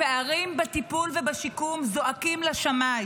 הפערים בטיפול ובשיקום זועקים לשמיים.